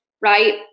right